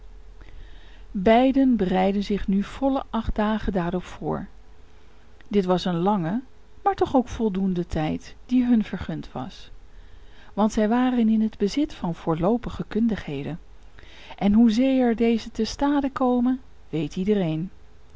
beiden bereidden zich nu volle acht dagen daarop voor dit was een lange maar toch ook voldoende tijd die hun vergund was want zij waren in het bezit van voorloopige kundigheden en hoezeer deze te stade komen weet iedereen